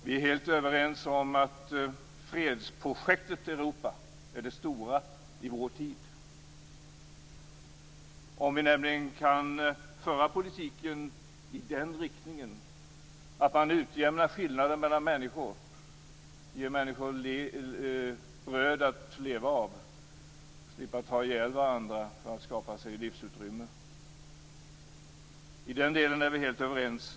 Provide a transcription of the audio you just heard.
Vi är helt överens om att fredsprojektet i Europa är det stora i vår tid. Låt oss föra politiken i riktningen att utjämna skillnader mellan människor, ge människor bröd att leva av och se till att de slipper ta ihjäl varandra för att skapa livsutrymme. I den delen är vi helt överens.